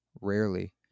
rarely